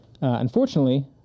unfortunately